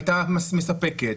הייתה מספקת?